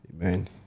Amen